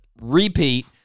repeat